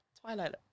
Twilight